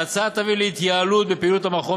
ההצעה תביא להתייעלות בפעילות המכון